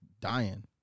dying